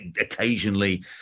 occasionally